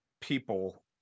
people